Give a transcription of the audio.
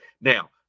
Now